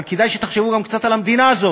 אבל כדאי שתחשבו גם קצת על המדינה הזאת.